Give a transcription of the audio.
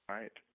Right